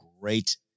great